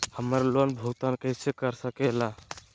हम्मर लोन भुगतान कैसे कर सके ला?